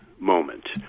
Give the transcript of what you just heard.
moment